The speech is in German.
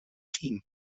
team